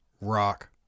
rock